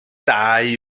dau